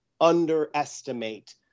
underestimate